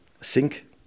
sink